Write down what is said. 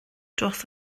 dros